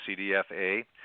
cdfa